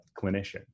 clinician